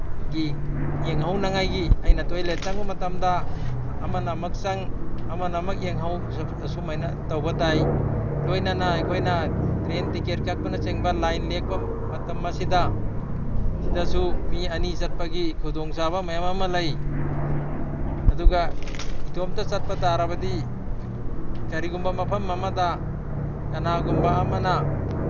ꯒꯤ ꯌꯦꯡꯍꯧꯅꯉꯥꯏꯒꯤ ꯑꯩꯅ ꯇꯣꯏꯂꯦꯠ ꯆꯪꯕ ꯃꯇꯝꯗ ꯑꯃꯅ ꯑꯃꯛ ꯆꯪ ꯑꯃꯅ ꯑꯃꯛ ꯌꯦꯡꯍꯧ ꯁꯨꯃꯥꯏꯅ ꯇꯧꯕ ꯇꯥꯏ ꯂꯣꯏꯅꯅ ꯑꯩꯈꯣꯏꯅ ꯇ꯭ꯔꯦꯟ ꯇꯤꯀꯦꯠ ꯀꯛꯄꯅꯆꯤꯡꯕ ꯂꯥꯏꯟ ꯂꯦꯞꯄ ꯃꯇꯝ ꯑꯁꯤꯗ ꯁꯤꯗꯁꯨ ꯃꯤ ꯑꯅꯤ ꯆꯠꯄꯒꯤ ꯈꯨꯗꯣꯡꯆꯥꯕ ꯃꯌꯥꯝ ꯑꯃ ꯂꯩ ꯑꯗꯨꯒ ꯏꯇꯣꯝꯇ ꯆꯠꯄ ꯇꯥꯔꯕꯗꯤ ꯀꯔꯤꯒꯨꯝꯕ ꯃꯐꯝ ꯑꯃꯗ ꯀꯅꯥꯒꯨꯝꯕ ꯑꯃꯅ